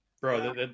Bro